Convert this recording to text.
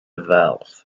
valve